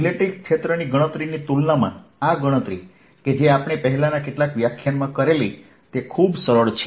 electric ક્ષેત્રની ગણતરીની તુલનામાં આ ગણતરી કે જે આપણે પહેલાના કેટલાક વ્યાખ્યાનમાં કરેલી તે ખૂબ સરળ છે